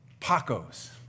Pacos